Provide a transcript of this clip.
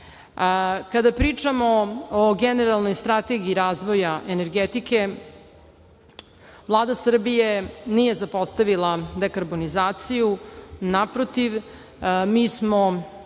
pričamo o Generalnoj strategiji razvoja energetike, Vlada Srbije nije zapostavila dekarbonizaciju, naprotiv, mi smo